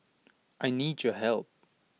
I need your help